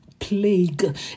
plague